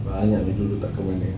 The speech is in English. banyak jodoh tak ke mana